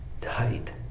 tight